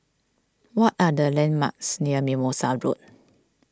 what are the landmarks near Mimosa Road